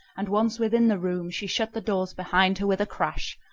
and, once within the room, she shut the doors behind her with a crash.